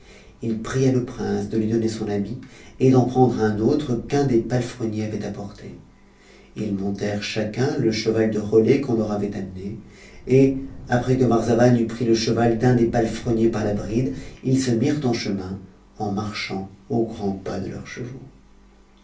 i pria le prince de lui donner son habit et d'en prendre un autre qu'un des palefreniers avait apporté ils montèrent chacun le cheval de relais qu'on leur avait amené et après que marzavan eut pris le cheval d'un des palefreniers par la bride ils se mirent en chemin en marchant au grand pas de leurs chevaux